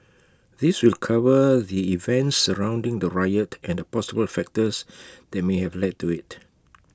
this will cover the events surrounding the riot and the possible factors that may have led to IT